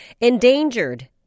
Endangered